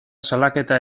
salaketa